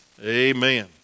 Amen